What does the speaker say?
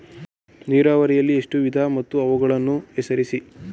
ನೀರಾವರಿಯಲ್ಲಿ ಎಷ್ಟು ವಿಧ ಮತ್ತು ಅವುಗಳನ್ನು ಹೆಸರಿಸಿ?